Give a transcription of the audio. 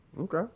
Okay